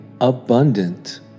abundant